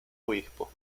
obispo